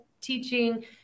teaching